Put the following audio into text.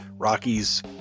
Rockies